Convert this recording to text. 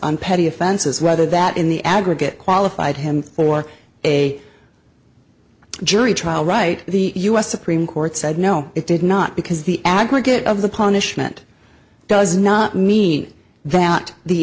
on petty offenses whether that in the aggregate qualified him for a jury trial right the u s supreme court said no it did not because the aggregate of the punishment does not mean that the